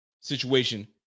situation